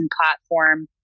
platform